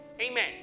amen